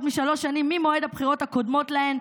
משלוש שנים ממועד הבחירות הקודמות להן,